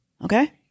Okay